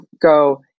go